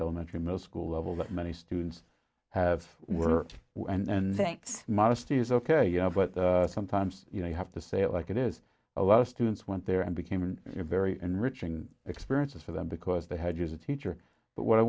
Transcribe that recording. elementary middle school level that many students have worked and thinks modesty is ok you know but sometimes you know you have to say it like it is a lot of students went there and became a very enriching experience for them because they had years a teacher but what i